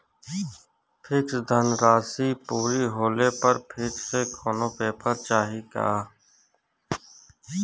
Fix धनराशी पूरा होले पर फिर से कौनो पेपर चाही का?